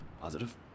Positive